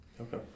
Okay